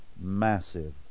massive